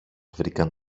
βρήκαν